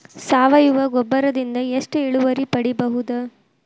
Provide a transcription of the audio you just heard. ಸಾವಯವ ಗೊಬ್ಬರದಿಂದ ಎಷ್ಟ ಇಳುವರಿ ಪಡಿಬಹುದ?